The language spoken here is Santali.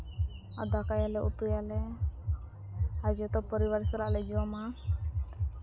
ᱟᱨ ᱫᱟᱠᱟᱭᱟᱞᱮ ᱩᱛᱩᱭᱟᱞᱮ ᱟᱨ ᱡᱚᱛᱚ ᱯᱚᱨᱤᱵᱟᱨ ᱥᱟᱞᱟᱜ ᱞᱮ ᱡᱚᱢᱟ